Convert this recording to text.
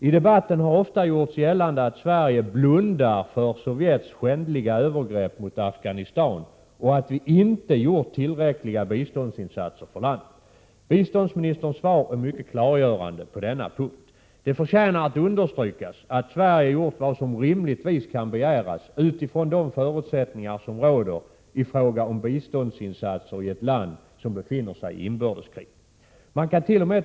I debatten har ofta gjorts gällande att Sverige blundar för Sovjets skändliga övergrepp mot Afghanistan, och att vi inte gjort tillräckliga biståndsinsatser för landet. Biståndsministerns svar är mycket klargörande på denna punkt. Det förtjänar att understrykas att Sverige gjort vad som rimligtvis kan begäras utifrån de förutsättningar som råder i fråga om biståndsinsatser i ett land som befinner sig i inbördeskrig. Man kant.o.m.